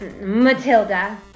Matilda